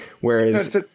whereas